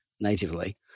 natively